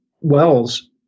Wells